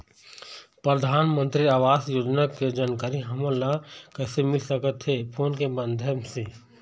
परधानमंतरी आवास योजना के जानकारी हमन ला कइसे मिल सकत हे, फोन के माध्यम से?